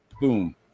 Boom